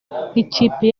nk’ikipe